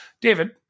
David